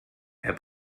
herr